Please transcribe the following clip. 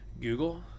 Google